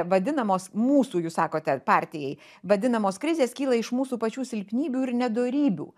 vadinamos mūsų jūs sakote partijai vadinamos krizės kyla iš mūsų pačių silpnybių ir nedorybių